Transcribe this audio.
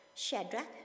Shadrach